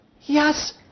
Yes